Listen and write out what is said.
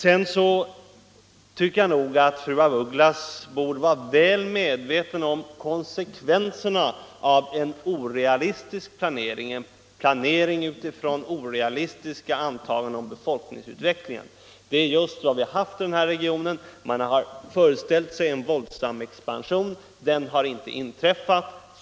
Sedan tycker jag att fru af Ugglas borde vara väl medveten om konsekvenserna av en planering utifrån orealistiska antaganden om befolkningsutvecklingen. Det är just vad vi har haft inom denna region. Man har föreställt sig en våldsam expansion, men den har inte inträffat.